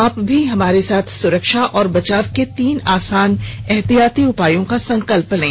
आप भी हमारे साथ सुरक्षा और बचाव के तीन आसान एहतियाती उपायों का संकल्प लें